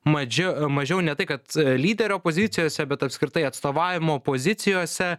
madže mažiau ne tai kad lyderio pozicijose bet apskritai atstovavimo pozicijose